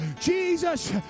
Jesus